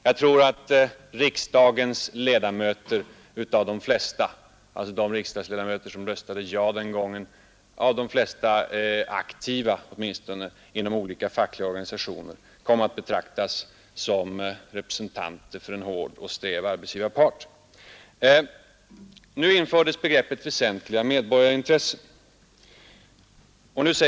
Jag tror att de riksdagsledamöter som röstade ja den gängen åtminstone av de flesta aktiva inom olika fackliga organisationer kom att betraktas som representanter för en härd och stel arbetsgivarpart. Då infördes begreppet ”väsentliga medborgarintressen”.